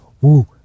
woo